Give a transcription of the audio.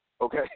okay